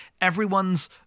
everyone's